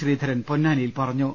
ശ്രീധരൻ പൊന്നാനിയിൽ പറഞ്ഞു